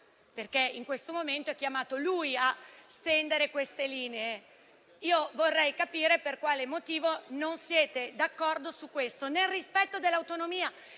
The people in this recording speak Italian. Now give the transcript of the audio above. In questo momento è lui chiamato a stendere queste linee. Io vorrei capire per quale motivo non siete d'accordo su questo punto. Nel rispetto dell'autonomia,